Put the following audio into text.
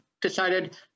decided